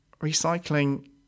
recycling